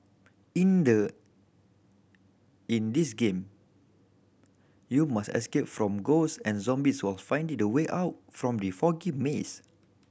in the in this game you must escape from ghosts and zombies whiles finding the way out from the foggy maze